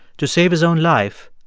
to save his own life,